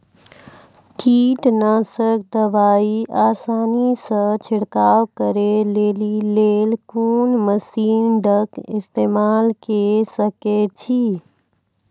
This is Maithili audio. कीटनासक दवाई आसानीसॅ छिड़काव करै लेली लेल कून मसीनऽक इस्तेमाल के सकै छी?